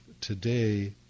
today